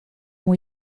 ont